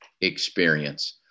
experience